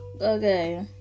okay